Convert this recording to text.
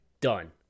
Done